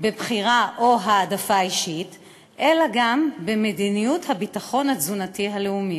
בבחירה או העדפה אישית אלא גם במדיניות הביטחון התזונתי הלאומי.